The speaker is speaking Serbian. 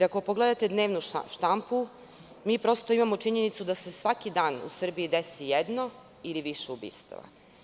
Ako pogledate dnevnu štampu, prosto imamo činjenicu da se svaki dan u Srbiji desi jedno ili više ubistava.